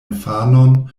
infanon